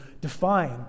define